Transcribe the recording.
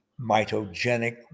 mitogenic